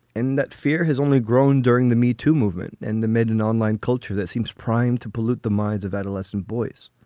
and that fear has only grown during the metoo movement and the made an online culture that seems primed to pollute the minds of adolescent boys.